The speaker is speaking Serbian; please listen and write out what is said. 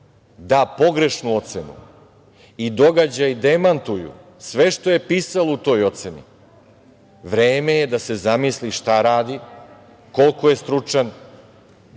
da pogrešnu ocenu i događaji demantuju sve što je pisalo u toj oceni, vreme je da se zamisli šta radi, koliko je stručan,